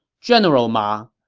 general ma,